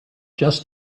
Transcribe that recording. just